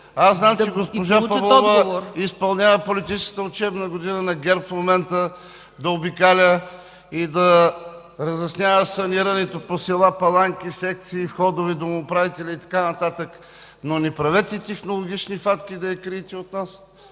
Знам, че госпожа Павлова изпълнява политическата учебна година на ГЕРБ в момента – да обикаля и да разяснява санирането по села, паланки, секции, входове, домоуправители и така нататък, но не правете технологични хватки, за да я криете от нас!